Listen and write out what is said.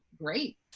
great